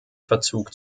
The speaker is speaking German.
verzug